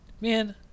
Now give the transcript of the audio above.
Man